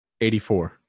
84